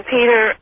Peter